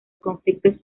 conflictos